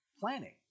planning